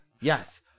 Yes